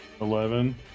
Eleven